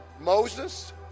Moses